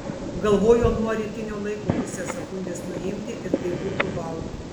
galvojau nuo rytinio laiko pusę sekundės nuimti ir tai būtų vau